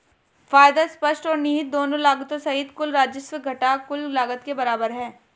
फायदा स्पष्ट और निहित दोनों लागतों सहित कुल राजस्व घटा कुल लागत के बराबर है